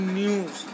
news